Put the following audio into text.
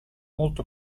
molto